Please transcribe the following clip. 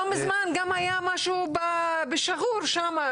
לא מזמן גם היה משהו בשאהור שם,